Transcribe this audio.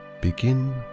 begin